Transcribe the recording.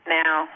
now